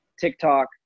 TikTok